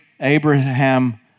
Abraham